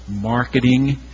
marketing